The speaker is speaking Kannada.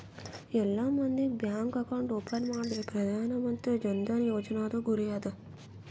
ಎಲ್ಲಾ ಮಂದಿಗ್ ಬ್ಯಾಂಕ್ ಅಕೌಂಟ್ ಓಪನ್ ಮಾಡದೆ ಪ್ರಧಾನ್ ಮಂತ್ರಿ ಜನ್ ಧನ ಯೋಜನಾದು ಗುರಿ ಅದ